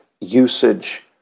usage